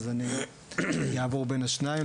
אז אני אעבור בין השניים,